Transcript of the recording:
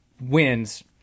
wins